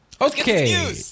Okay